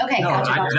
Okay